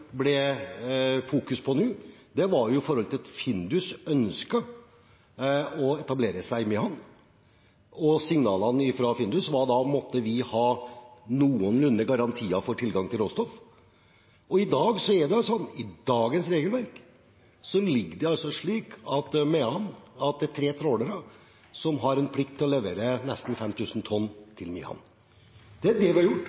ble fokus på nå, var at Findus ønsket å etablere seg i Mehamn, og signalene fra Findus var at da måtte de ha noenlunde garantier for tilgang til råstoff, og i dagens regelverk ligger det at tre trålere har en plikt til å levere nesten 5 000 tonn til Mehamn. Det er det vi har gjort, og det er det Stortinget har sagt at skal gjøres fram til